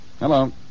Hello